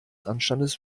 anstandes